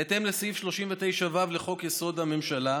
בהתאם לסעיף 39(ו) לחוק-יסוד: הממשלה,